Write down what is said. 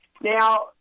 Now